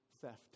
theft